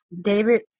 David